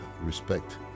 respect